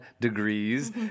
degrees